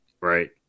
right